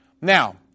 Now